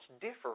differ